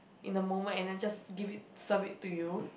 in the moment and then just give it serve it to you